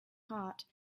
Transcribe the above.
heart